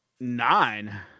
nine